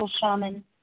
shaman